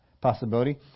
possibility